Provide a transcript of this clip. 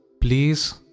please